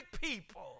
people